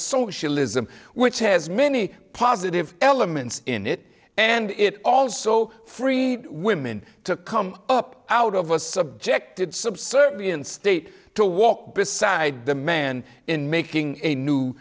socialism which has many positive elements in it and it also free women to come up out of a subjected subservient state to walk beside the man in making a new